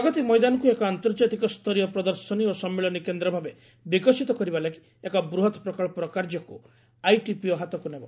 ପ୍ରଗତି ମଇଦାନକୁ ଏକ ଆନ୍ତର୍ଜାତିକ ସ୍ତରୀୟ ପ୍ରଦର୍ଶନୀ ଓ ସମ୍ମିଳନୀ କେନ୍ଦ୍ର ଭାବେ ବିକଶିତ କରିବା ଲାଗି ଏକ ବୃହତ୍ ପ୍ରକଳ୍ପର କାର୍ଯ୍ୟକ୍ ଆଇଟିପିଓ ହାତକୁ ନେବ